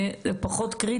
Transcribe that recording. זה פשוט להחזיר